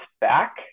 back